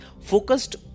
Focused